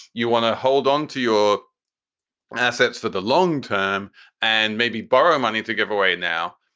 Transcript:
you want to hold onto your assets for the long term and maybe borrow money to give away now.